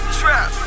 trap